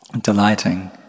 delighting